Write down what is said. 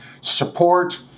support